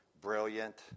brilliant